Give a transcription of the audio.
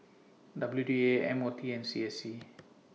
W D A M O T and C S C